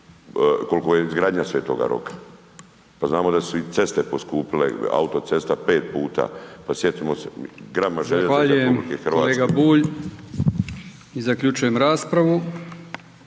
koliko je izgradnja Sv. Roka. Pa znamo da su i ceste poskupile, autocesta 5 puta. Pa sjetimo se grama željeza .../Upadica: